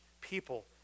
people